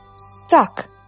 stuck